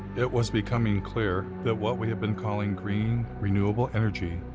it was becoming clear that what we have been calling green, renewable energy